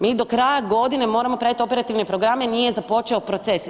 Mi do kraja godine moramo predati operativne programe nije započeo proces.